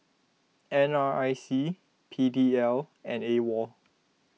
N R I C P D L and Awol